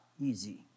easy